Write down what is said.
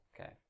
Okay